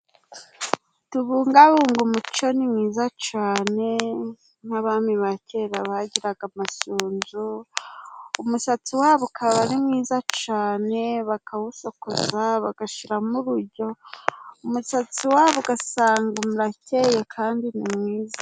Tubungabunge umuco ni mwiza cane nk'abami ba kera bagiraga amasunzu umusatsi wabo ukaba ari mwiza cane bakawusokoza bagashiramo urujyo umusatsi wabo ugasanga urakeya kandi ni mwiza.